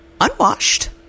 unwashed